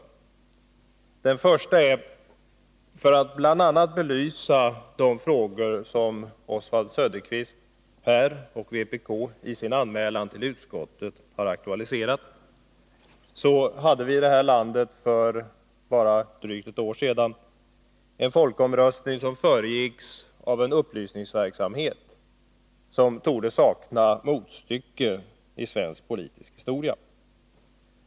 För det första: För att belysa bl.a. de frågor som Oswald Söderqvist här och vpk i sin anmälan till utskottet har aktualiserat, hade vi i det här landet för bara drygt ett år sedan en folkomröstning, som föregicks av en upplysningsverksamhet som torde sakna motstycke i svensk politisk historia.